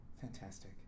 fantastic